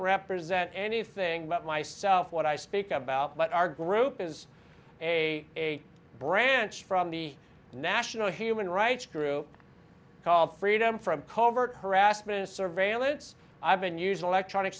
represent anything but myself what i speak about but our group is a branch from the national human rights group called freedom from covert harassment surveillance i've been using electronic